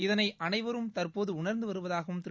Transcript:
இதனை அனைவரும் தற்போது உணர்ந்து வருவதாகவும் திரு